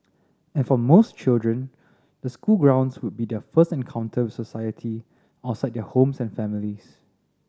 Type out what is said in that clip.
and for most children the school grounds would be their first encounter with society outside their homes and families